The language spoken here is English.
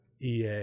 EA